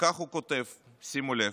וכך הוא כותב שימו לב: